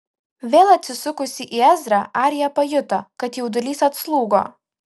vėl atsisukusi į ezrą arija pajuto kad jaudulys atslūgo